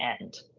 end